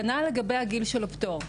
כנ"ל לגבי הגיל של הפטור,